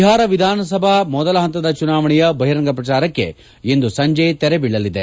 ಬಿಹಾರ ವಿಧಾನಸಭಾ ಮೊದಲ ಹಂತದ ಚುನಾವಣೆಯ ಬಹಿರಂಗ ಪ್ರಚಾರಕ್ಕೆ ಇಂದು ಸಂಜೆ ತೆರೆ ಬೀಳಲಿದೆ